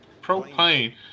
Propane